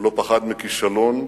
הוא לא פחד מכישלון,